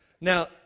Now